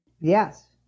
Yes